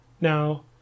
Now